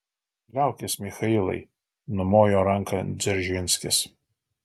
liaukis michailai numojo ranką dzeržinskis